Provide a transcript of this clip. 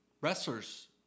wrestlers